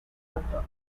autor